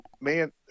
man